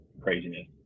Craziness